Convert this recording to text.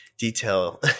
detail